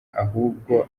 ahubwo